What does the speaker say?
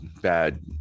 bad